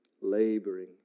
laboring